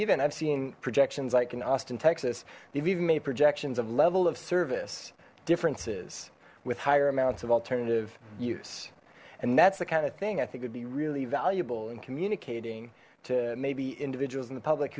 even i've seen projections like in austin texas they've even made projections of level of service differences with higher amounts of alternative use and that's the kind of thing i think would be really valuable in communicating to maybe individuals in the public